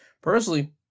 personally